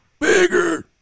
Bigger